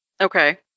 Okay